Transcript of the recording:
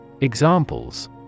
Examples